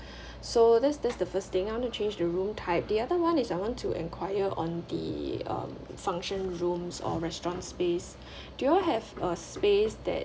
so that's that's the first thing I want to change the room type the other [one] is I want to enquire on the um function rooms or restaurant space do you all have a space that